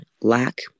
lack